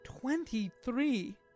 Twenty-three